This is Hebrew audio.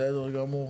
בסדר גמור.